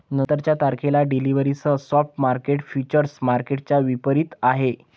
नंतरच्या तारखेला डिलिव्हरीसह स्पॉट मार्केट फ्युचर्स मार्केटच्या विपरीत आहे